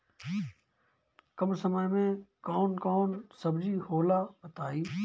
कम समय में कौन कौन सब्जी होला बताई?